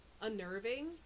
unnerving